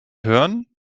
hören